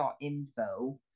info